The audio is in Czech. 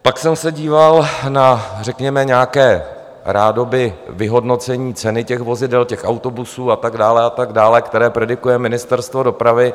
Pak jsem se díval na nějaké rádoby vyhodnocení ceny těch vozidel, autobusů a tak dále a tak dále, které predikuje Ministerstvo dopravy.